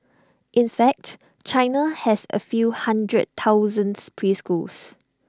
in facts China has A few hundred thousands preschools